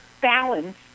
balance